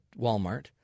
Walmart